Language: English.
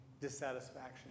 dissatisfaction